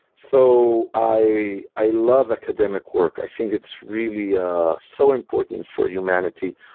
so i i love academic work. i think it's really ah so important for humanity.